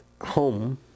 home